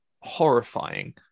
horrifying